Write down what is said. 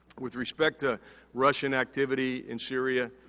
with respect to russian activity in syria,